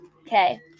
Okay